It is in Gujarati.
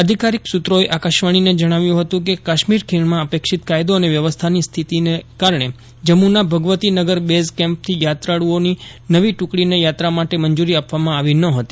અધિકારીક સૂત્રોએ આકાશવાછીને જણાવ્યું હતું કે કાશ્મીર ખીણમાં અપેશ્નિત કાયદો અને વ્યવસ્થાની સ્થિતિને કારજ્રે જમ્મુના ભગવતી નગર બેઝ કેમ્પથી યાત્રાળુઓની નવી ટૂકડીને યાત્રા માટે મંજૂરી આપવામાં આવી ન હતી